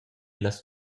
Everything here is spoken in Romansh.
las